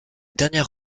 dernière